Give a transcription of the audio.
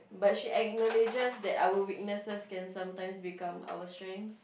but she acknowledges that our weaknesses can sometimes become our strength